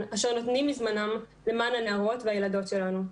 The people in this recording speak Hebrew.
אשר נותנים מזמנם למען הנערות והילדות שלנו.